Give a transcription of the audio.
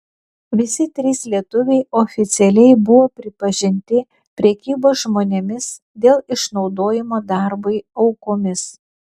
visi trys lietuviai oficialiai buvo pripažinti prekybos žmonėmis dėl išnaudojimo darbui aukomis